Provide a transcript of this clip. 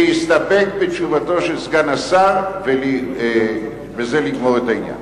להסתפק בתשובתו של סגן השר ובזה לגמור את העניין,